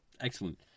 excellent